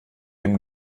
dem